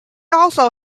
also